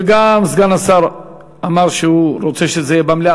וגם סגן השר אמר שהוא רוצה שזה יהיה במליאה,